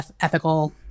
ethical